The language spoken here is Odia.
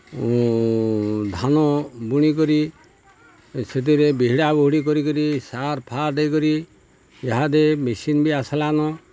ଧାନ ବୁଣିିକରି ସେଥିରେ ବିହିଡ଼ା ବୁହୁଡ଼ି କରିକରି ସାର୍ ଫାର୍ ଦେଇକରି ଇହାଦେ ମେସିନ୍ ବି ଆସ୍ଲାନ